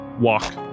walk